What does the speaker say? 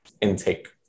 intake